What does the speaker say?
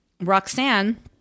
Roxanne